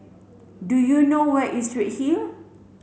do you know where is Redhill